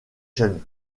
jeune